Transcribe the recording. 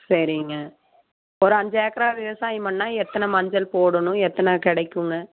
சரிங்க ஒரு அஞ்சு ஏக்கரா விவசாயம் பண்ணிணா எத்தனை மஞ்சள் போடணும் எத்தனை கிடைக்குங்க